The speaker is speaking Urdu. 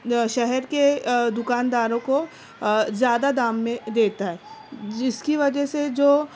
شہر کے دکانداروں کو زیادہ دام میں دیتا ہے جس کی وجہ سے جو